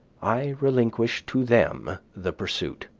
i relinquish to them the pursuit.